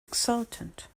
exultant